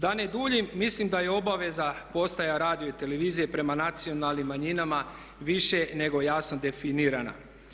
Da ne duljim, mislim da je obaveza postaja i radiotelevizije prema nacionalnim manjinama više nego jasno definirana.